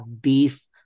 beef